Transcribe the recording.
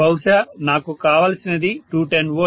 బహుశా నాకు కావలసినది 210 V